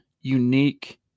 unique